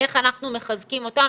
איך אנחנו מחזקים אותם,